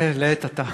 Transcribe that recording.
לעת עתה.